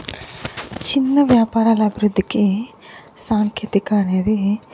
చిన్న వ్యాపారాల అభివృద్ధికి సాంకేతికత అనేది